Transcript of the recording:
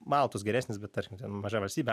maltos geresnis bet ar maža valstybė